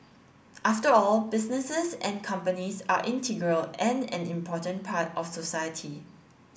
after all businesses and companies are integral and an important part of society